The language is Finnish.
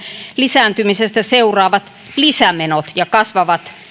lisääntymisestä seuraavat lisämenot ja kasvavat